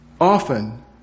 Often